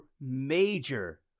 major